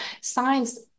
science